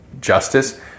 justice